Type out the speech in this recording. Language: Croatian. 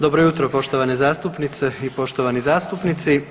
Dobro jutro, poštovane zastupnice i poštovani zastupnici.